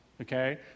Okay